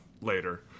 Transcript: later